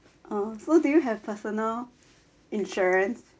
uh so do you have personal insurance